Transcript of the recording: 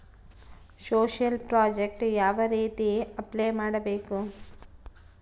Social project ಯಾವ ರೇತಿ apply ಮಾಡಬೇಕು?